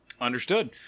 understood